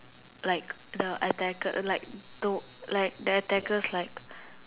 like the attacker like the like the attackers like